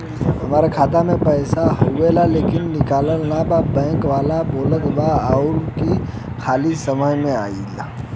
हमार खाता में पैसा हवुवे लेकिन निकलत ना बा बैंक वाला बोलत हऊवे की खाली समय में अईहा